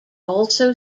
also